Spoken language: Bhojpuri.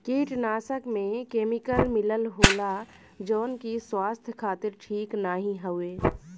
कीटनाशक में केमिकल मिलल होला जौन की स्वास्थ्य खातिर ठीक नाहीं हउवे